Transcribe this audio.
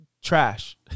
Trash